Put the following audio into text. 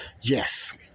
yes